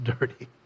dirty